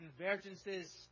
convergences